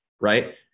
right